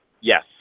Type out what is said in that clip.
Yes